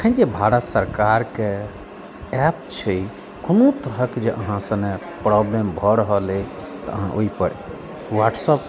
एखन जे भारत सरकारके ऐप छै कोनो तरहके जे अहाँ सने प्रॉब्लम भऽ रहल अइ तऽ अहाँ ओहिपर वाट्सअप